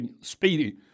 speedy